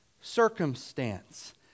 circumstance